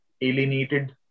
alienated